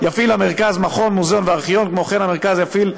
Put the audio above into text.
אנחנו מדברים,